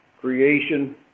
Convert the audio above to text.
creation